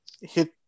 hit